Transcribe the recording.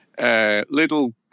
Little